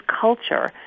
culture